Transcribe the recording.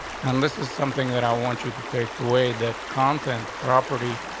and this is something that i want you to take away that content property,